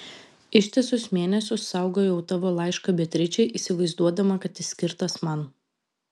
ištisus mėnesius saugojau tavo laišką beatričei įsivaizduodama kad jis skirtas man